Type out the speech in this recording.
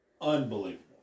unbelievable